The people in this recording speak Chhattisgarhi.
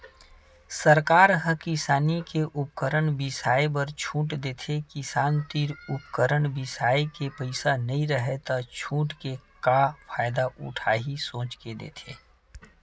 सरकार ह किसानी के उपकरन बिसाए बर छूट देथे किसान तीर उपकरन बिसाए के पइसा नइ राहय त छूट के का फायदा उठाही सोच के देथे